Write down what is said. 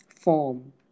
form